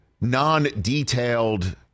non-detailed